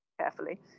carefully